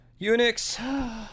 Unix